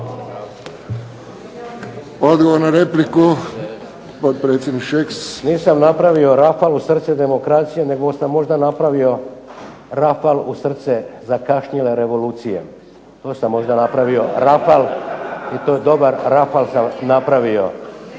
Odgovor na repliku potpredsjednik Šeks. **Šeks, Vladimir (HDZ)** Nisam napravio rafal u srce demokracije, nego sam možda napravio rafal u srce zakašnjele revolucije. To sam možda napravio, rafal i to dobar rafal sam napravio,